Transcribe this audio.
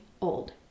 old